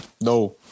No